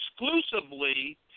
exclusively